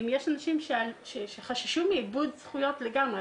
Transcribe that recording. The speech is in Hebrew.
יש אנשים שחששו מאיבוד זכויות לגמרי.